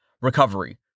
Recovery